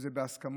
זה בהסכמות,